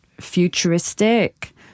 futuristic